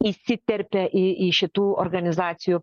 įsiterpė į į šitų organizacijų